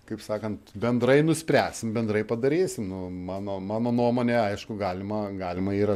kaip sakant bendrai nuspręsim bendrai padarysim nu mano mano nuomone aišku galima galima yra